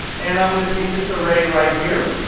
and i'm going to take this array right here.